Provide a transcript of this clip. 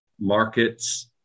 markets